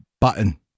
Button